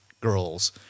girls